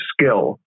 skill